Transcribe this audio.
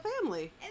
family